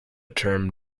term